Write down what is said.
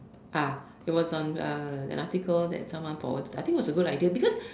ah it was on uh an article that someone forward I think it was a good idea because